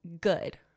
good